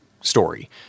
story